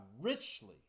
richly